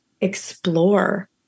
explore